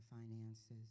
finances